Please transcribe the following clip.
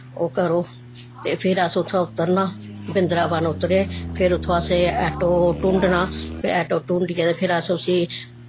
ओह् करो ते फिर अस उत्थें उतरना बृंदाबन उतरे फिर उत्थुआं असें ऐटो ढूंडना फ्ही ऐटो ढूंडियै ते फिर असें उसी